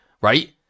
right